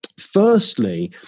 Firstly